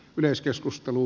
yleiskeskustelu